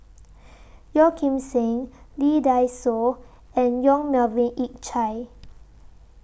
Yeo Kim Seng Lee Dai Soh and Yong Melvin Yik Chye